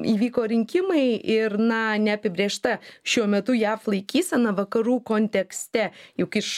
įvyko rinkimai ir na neapibrėžta šiuo metu jav laikysena vakarų kontekste juk iš